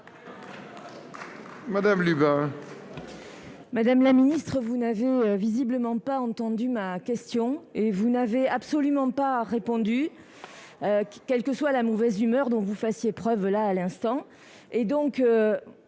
la réplique. Madame la ministre, vous n'avez visiblement pas entendu ma question, à laquelle vous n'avez absolument pas répondu, quelle que soit la mauvaise humeur dont vous faites preuve à l'instant.